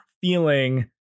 feeling